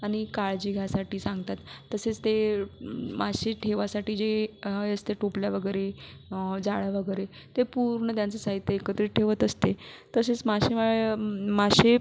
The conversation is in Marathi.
आणि काळजी घ्यायसाठी सांगतात तसेच ते मासे ठेवायसाठी जे आहे असतं टोपल्या वगैरे जाळं वगैरे ते पूर्ण त्यांचं साहित्य एकत्रित ठेवत असते तसेच मासेमा मासे